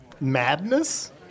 madness